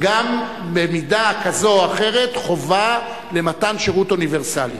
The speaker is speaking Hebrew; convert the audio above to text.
גם במידה כזו או אחרת חובה למתן שירות אוניברסלי.